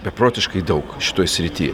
beprotiškai daug šitoj srity